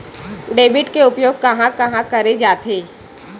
Debit के उपयोग कहां कहा करे जाथे?